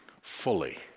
fully